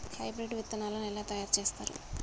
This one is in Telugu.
హైబ్రిడ్ విత్తనాలను ఎలా తయారు చేస్తారు?